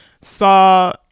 saw